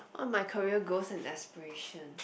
what my career goals and aspiration